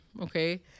Okay